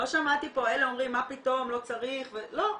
לא שמעתי פה אלה אומרים "מה פתאום, לא צריך", לא.